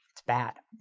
it's bad.